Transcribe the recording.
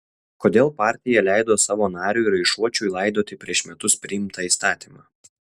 kodėl partija leido savo nariui raišuočiui laidoti prieš metus priimtą įstatymą